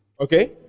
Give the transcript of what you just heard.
Okay